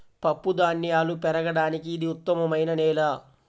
పప్పుధాన్యాలు పెరగడానికి ఇది ఉత్తమమైన నేల